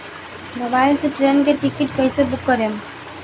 Mobile से train के ticket कैसे बूक करेम?